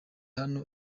hano